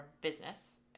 business